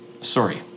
Sorry